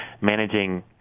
managing